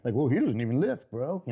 like well, he doesn't even lift, bro.